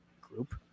group